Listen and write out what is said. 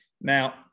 Now